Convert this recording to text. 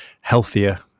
healthier